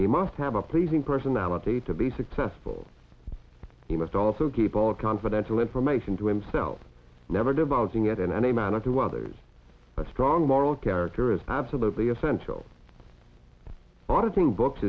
he must have a pleasing personality to be successful he must also keep all confidential information to himself never devolving it in any manner to others but strong moral character is absolutely essential auditing books